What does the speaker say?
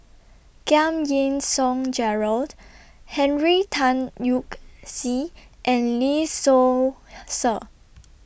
Giam Yean Song Gerald Henry Tan Yoke See and Lee Seow Ser